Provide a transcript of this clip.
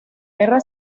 guerra